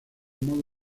modo